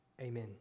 amen